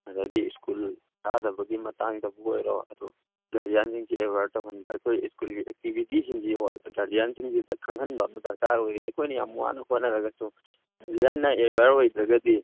ꯑꯗꯒꯤ ꯁ꯭ꯀꯨꯜ ꯀꯥꯗꯕꯒꯤ ꯃꯇꯥꯡꯗꯕꯨ ꯑꯣꯏꯔꯣ ꯒꯥꯔꯖꯤꯌꯥꯟꯁꯤꯡꯁꯤ ꯑꯦꯋ꯭ꯌꯥꯔ ꯇꯧꯍꯟꯕ ꯑꯩꯈꯣꯏ ꯁ꯭ꯀꯨꯜꯒꯤ ꯑꯦꯛꯇꯤꯚꯤꯇꯤ ꯁꯤꯡꯁꯤ ꯒꯥꯔꯖꯤꯌꯥꯟꯁꯤꯡꯁꯤꯗ ꯈꯪꯍꯟꯕ ꯑꯃ ꯗꯔꯀꯥꯔ ꯑꯣꯏꯔꯤ ꯑꯩꯈꯣꯏꯅ ꯌꯥꯝ ꯋꯥꯅ ꯍꯣꯠꯏꯅꯔꯒꯁꯨ ꯒꯥꯔꯖꯤꯌꯥꯟꯅ ꯑꯦꯋꯦꯌꯥꯔ ꯑꯣꯏꯗ꯭ꯔꯒꯗꯤ